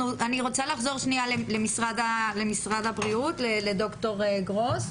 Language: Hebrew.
רוצה לחזור שנייה למשרד הבריאות, לד"ר גרוס.